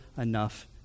enough